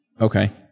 Okay